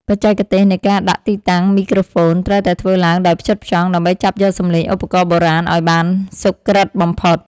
បច្ចេកទេសនៃការដាក់ទីតាំងមីក្រូហ្វូន ត្រូវតែធ្វើឡើងដោយផ្ចិតផ្ចង់ ដើម្បីចាប់យកសំឡេងឧបករណ៍បុរាណឱ្យបានសុក្រឹតបំផុត។